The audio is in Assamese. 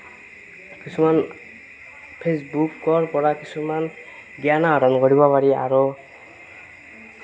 কিছুমান ফেচবুকৰ পৰা কিছুমান জ্ঞান আহৰণ কৰিব পাৰি আৰু